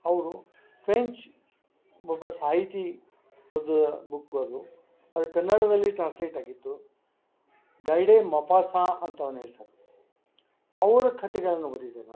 ಅವರು ಫ್ರೆಂಚ್ ಒಬ್ಬ ಸಾಹಿತಿ ಅವ್ರ್ದು ಬುಕ್ ಬರ್ದು ಅದು ಕನ್ನಡದಲ್ಲಿ ಟ್ರಾನ್ಸ್ಲೇಟ್ ಆಗಿತ್ತು ಗೈಡೆ ಮೊಫಾಸಾ ಅಂತ ಅವ್ನ ಹೆಸರು ಅವ್ರ ಕತೆಗಳನ್ನು ಓದಿದೆ ನಾನು